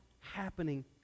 happening